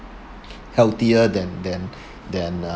healthier than than than uh